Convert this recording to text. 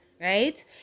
Right